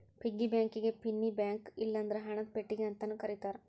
piggy ಬ್ಯಾಂಕಿಗಿ ಪಿನ್ನಿ bank ಇಲ್ಲಂದ್ರ ಹಣದ ಪೆಟ್ಟಿಗಿ ಅಂತಾನೂ ಕರೇತಾರ